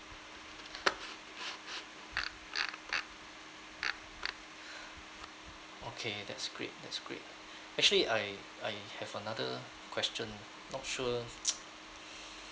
okay that's great that's great actually I I have another question not sure